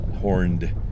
horned